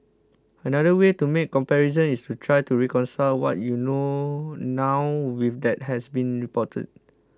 another way to make comparisons is to try to reconcile what you know now with that has been reported